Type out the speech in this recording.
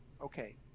okay